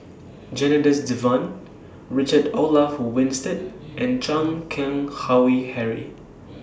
Janadas Devan Richard Olaf Winstedt and Chan Keng Howe Harry